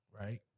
right